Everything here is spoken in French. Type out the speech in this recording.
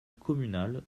communale